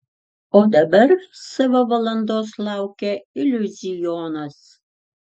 o dabar savo valandos laukia iliuzionas